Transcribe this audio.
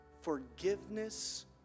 forgiveness